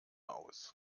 aus